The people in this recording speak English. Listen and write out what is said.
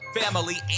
family